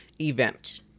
event